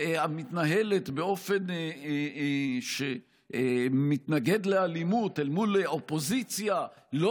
המתנהלת באופן שמתנגד לאלימות אל מול אופוזיציה לא